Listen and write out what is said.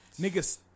Niggas